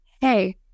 hey